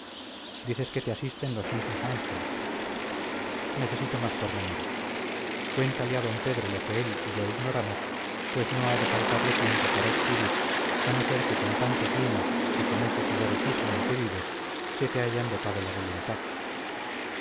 dices que te asisten los mismos ángeles necesito más pormenores cuéntale a d pedro lo que él y yo ignoramos pues no ha de faltarte tiempo para escribir a no ser que con tantos mimos y con ese sibaritismo en que vives se te haya embotado la voluntad